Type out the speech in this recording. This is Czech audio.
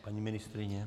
Paní ministryně?